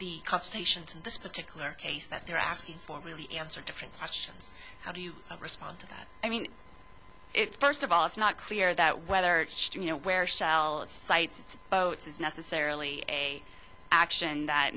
to this particular case that they're asking for really answer different questions how do you respond to that i mean first of all it's not clear that whether you know where shell is sites boats is necessarily a action that